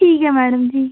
ठीक ऐ मैडम जी